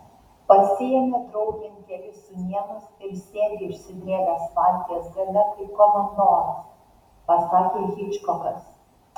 pasiėmė draugėn kelis sūnėnus ir sėdi išsidrėbęs valties gale kaip komandoras pasakė hičkokas